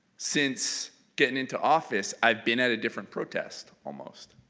since getting into office i've been at a different protest, almost.